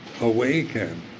awaken